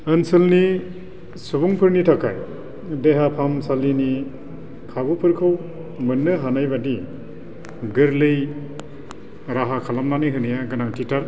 ओनसोलनि सुबुंफोरनि थाखाय देहा फाहामसालिनि खाबुफोरखौ मोननो हानायबायदि गोरलै राहा खालामनानै होनाया गोनांथिथार